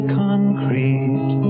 concrete